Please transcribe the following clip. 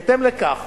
בהתאם לכך